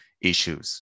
issues